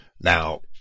Now